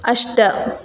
अष्ट